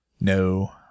No